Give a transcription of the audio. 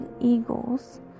eagles